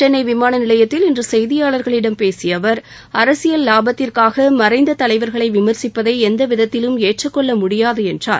சென்னை விமான நிலையத்தில் இன்று செய்தியாளர்களிடம் பேசிய அவர் அரசியல் லாபத்திற்காக மறைந்த தலைவர்களை விமர்சிப்பதை எந்த விதத்திலும் ஏற்றுக்கொள்ள முடியாது என்றார்